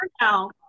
now